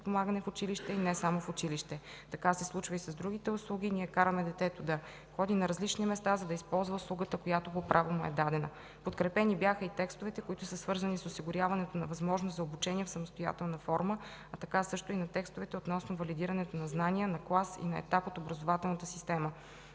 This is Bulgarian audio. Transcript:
подпомагане в училище и не само в училище. Така се случва и с другите услуги – ние караме детето да ходи на различни места, за да използва услугата, която по право му е дадена. Подкрепени бяха и текстовете, които са свързани с осигуряването на възможност за обучение в самостоятелна форма, а така също и на текстовете относно валидирането на знания, на клас и на етап от образователната система.